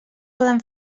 poden